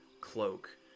cloak